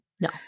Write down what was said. No